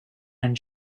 and